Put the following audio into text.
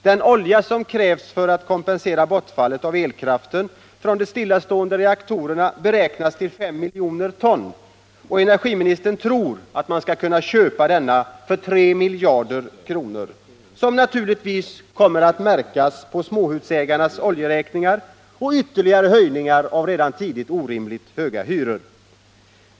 Den olja som krävs för att kompensera bortfallet av elkraft från de stillastående reaktorerna beräknas till 5 miljoner ton, och energiministern tror att man skall kunna köpa den för 3 miljarder kronor, som naturligtvis kommer att märkas på småhusägarnas oljeräkningar och ytterligare höjningar av redan tidigare orimligt höga hyror.